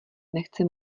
nechce